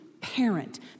parent